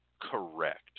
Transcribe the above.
correct